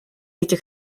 этих